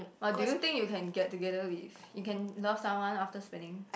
but do you think you can get together with you can love someone after spending